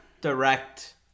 direct